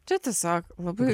čia tiesiog labai